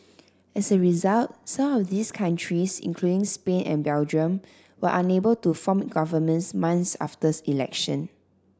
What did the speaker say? as a result some of these countries including Spain and Belgium were unable to form governments months after election